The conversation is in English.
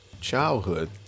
childhood